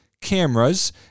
cameras